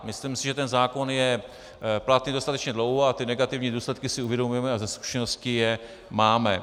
Myslím si, že zákon je platný dostatečně dlouho a negativní důsledky si uvědomujeme a ze zkušenosti je máme.